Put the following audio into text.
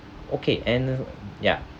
okay and ya